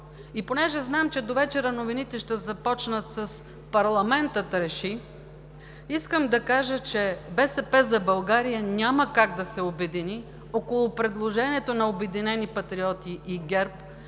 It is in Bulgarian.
Понеже знам, че довечера новините ще започнат с: „Парламентът реши“, искам да кажа, че „БСП за България“ няма как да се обедини около предложението на „Обединени патриоти“ и ГЕРБ